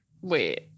Wait